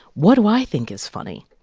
what do i think is funny?